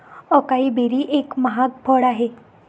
acai berry एक महाग फळ आहे